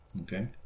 Okay